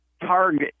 Target